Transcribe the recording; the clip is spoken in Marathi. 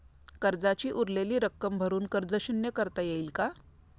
कर्जाची उरलेली रक्कम भरून कर्ज शून्य करता येईल का?